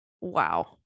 wow